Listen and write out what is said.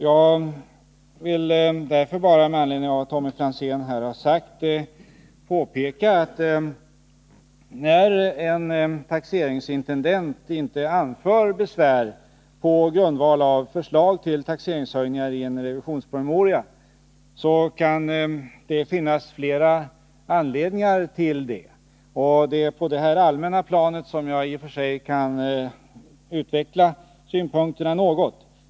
Jag vill därför bara, med anledning av vad Tommy Franzén sagt, påpeka att när en taxeringsintendent inte anför besvär på grundval av förslag till taxeringshöjningar i en revisionspromemoria kan det finnas flera anledningar till det. Det är på detta allmänna plan som jag i och för sig kan utveckla synpunkterna något.